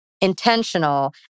intentional